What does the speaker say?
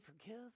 forgive